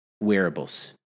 wearables